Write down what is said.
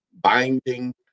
binding